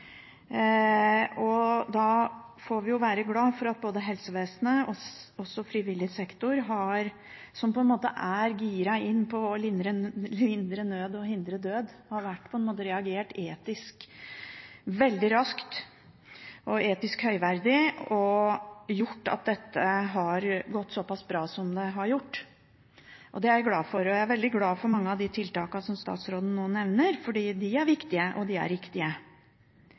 Da får vi være glade for at både helsevesenet og frivillig sektor – som er «gira inn» på å lindre nød og hindre død – har reagert veldig raskt og etisk høyverdig og gjort at dette har gått såpass bra som det har gjort. Det er jeg glad for. Jeg er også veldig glad for mange av de tiltakene som statsråden nå nevner, fordi de er viktige og riktige. Det er veldig viktig med et samspill nå mellom kommunehelsetjenesten, spesialisthelsetjenesten og de som skal ta imot flyktninger. Derfor er